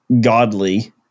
godly